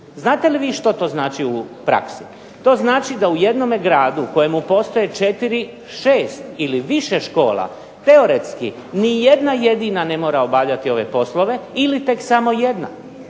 Znate li vi što to znači u praksi? To znači da u jednome gradu u kojemu postoje četiri, šest ili više škola teoretski ni jedna jedina ne mora obavljati ove poslove ili tek samo jedna,